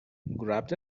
grabbed